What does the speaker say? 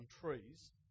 trees